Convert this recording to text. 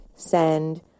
Send